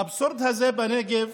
על האבסורד הזה בנגב,